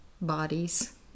bodies